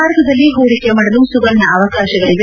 ಭಾರತದಲ್ಲಿ ಹೂಡಿಕೆ ಮಾಡಲು ಸುವರ್ಣ ಅವಕಾಶಗಳವೆ